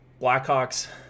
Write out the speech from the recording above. Blackhawks